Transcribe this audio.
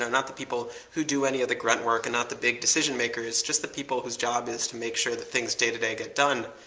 so not the people who do any of the grunt work, and not the big decision makers, just the people who's job is to make sure that things day to day get done.